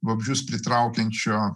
vabzdžius pritraukiančio